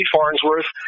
Farnsworth